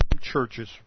churches